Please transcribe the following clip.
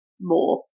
more